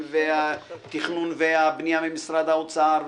והתכנון והבנייה ממשרד האוצר,